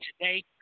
today